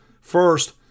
First